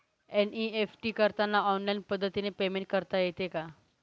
NEFT करताना online पद्धतीने payment करता येते का?